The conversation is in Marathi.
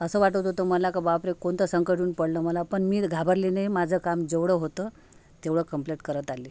असं वाटत होतं मला का बापरे कोणतं संकट येऊन पडलं मला पण मी घाबरली नाही माझं काम जेवढं होतं तेवढं कम्प्लीट करत आली